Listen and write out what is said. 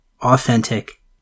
authentic